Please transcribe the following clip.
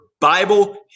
Bible